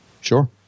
Sure